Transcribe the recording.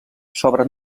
sobre